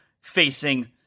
facing